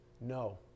no